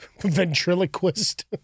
Ventriloquist